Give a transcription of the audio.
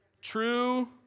true